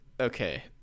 okay